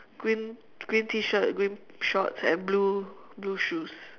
green green tee shirt green shorts and blue blue shoes